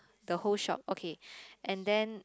the whole shop okay and then